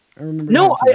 No